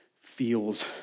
feels